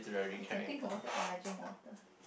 you think about it when I drink water